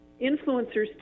influencers